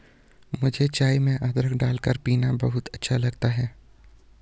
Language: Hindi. मुझे चाय में अदरक डालकर पीना बहुत अच्छा लगता है